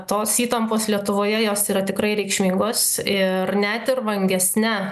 tos įtampos lietuvoje jos yra tikrai reikšmingos ir net ir vangesne